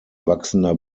wachsender